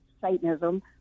Satanism